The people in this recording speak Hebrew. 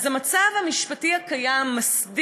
מה רע בזה?